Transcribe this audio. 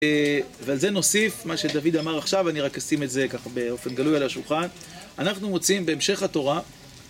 ועל זה נוסיף, מה שדוד אמר עכשיו, אני רק אשים את זה ככה באופן גלוי על השולחן, אנחנו מוצאים בהמשך התורה...